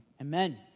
Amen